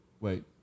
wait